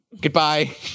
Goodbye